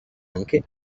anche